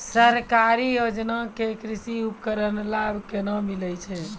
सरकारी योजना के कृषि उपकरण लाभ केना मिलै छै?